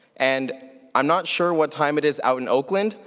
and i'm not sure what time it is out in oakland,